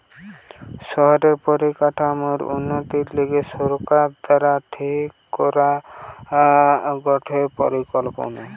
শহরের পরিকাঠামোর উন্নতির লিগে সরকার দ্বারা ঠিক করা গটে পরিকল্পনা